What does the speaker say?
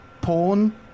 porn